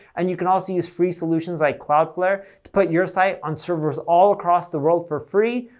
and you can also use free solutions like cloudflare, to put your site on servers all across the world for free,